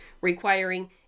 requiring